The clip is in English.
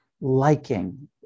liking